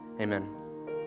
Amen